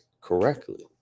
correctly